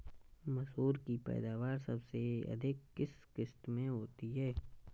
मसूर की पैदावार सबसे अधिक किस किश्त में होती है?